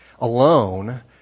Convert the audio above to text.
alone